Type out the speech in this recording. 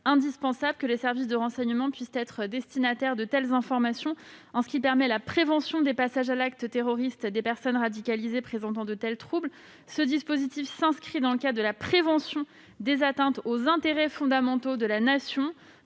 indispensable que les services de renseignement puissent être destinataires de telles informations. Cela permet la prévention des passages à l'acte terroriste des personnes radicalisées présentant de tels troubles. Ce dispositif s'inscrit dans le cadre de la prévention des atteintes aux intérêts fondamentaux de la Nation,